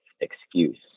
excuse